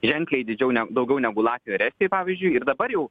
ženkliai didžiau ne daugiau negu latvijoj ar estijoj pavyzdžiui ir dabar jau